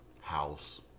house